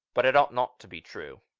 but it ought not to be true.